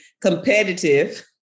competitive